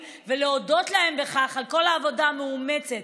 ולהודות להם בכך על כל העבודה המאומצת,